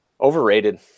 Overrated